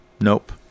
Nope